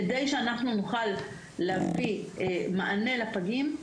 כדי שאנחנו נוכל להביא מענה לפגים,